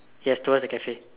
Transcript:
ya towards the Cafe